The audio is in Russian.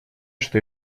что